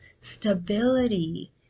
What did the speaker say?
stability